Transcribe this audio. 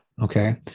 okay